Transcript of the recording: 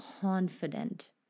confident